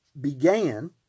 began